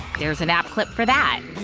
there's an app clip for that.